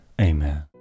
Amen